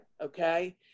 okay